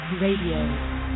Radio